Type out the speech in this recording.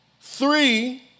three